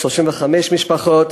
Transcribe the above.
35 משפחות.